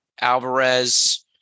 Alvarez